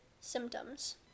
symptoms